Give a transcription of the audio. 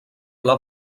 pla